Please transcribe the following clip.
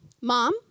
mom